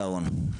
תודה, רון.